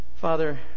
Father